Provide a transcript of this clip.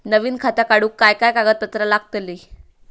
नवीन खाता काढूक काय काय कागदपत्रा लागतली?